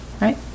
right